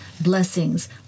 blessings